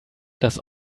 das